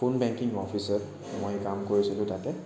phone banking অফিচত মই কাম কৰিছিলোঁ তাতে